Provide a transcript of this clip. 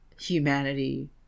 humanity